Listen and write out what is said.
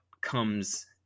comes